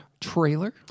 trailer